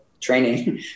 training